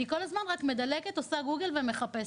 אני כל הזמן רק מדלגת, עושה גוגל ומחפשת.